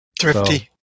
thrifty